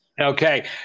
Okay